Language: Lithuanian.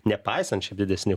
nepaisant šiaip didesnių